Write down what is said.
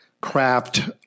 craft